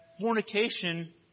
fornication